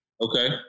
Okay